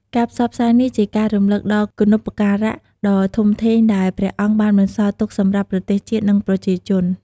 ការផ្សព្វផ្សាយនេះជាការរំលឹកដល់គុណូបការៈដ៏ធំធេងដែលព្រះអង្គបានបន្សល់ទុកសម្រាប់ប្រទេសជាតិ និងប្រជាជន។